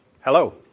Hello